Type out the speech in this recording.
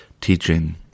teaching